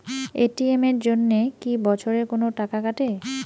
ATM এর জন্যে কি বছরে কোনো টাকা কাটে?